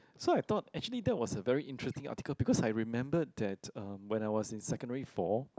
so I thought actually that was a very interesting article because I remembered that um when I was in secondary four